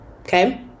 okay